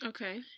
Okay